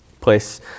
place